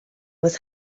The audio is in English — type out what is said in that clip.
was